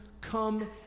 come